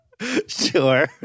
Sure